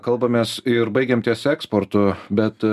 kalbamės ir baigiam ties eksportu bet